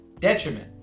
detriment